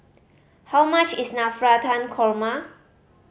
how much is Navratan Korma